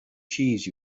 cheese